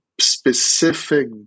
Specific